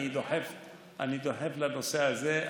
אני דוחף לנושא הזה.